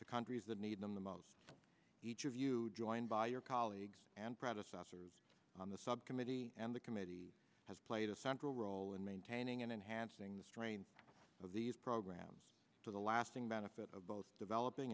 to countries that need them the most each of you joined by your colleagues and predecessors on the subcommittee and the committee has played a central role in maintaining and enhancing the strain of these programs to the lasting benefit of both developing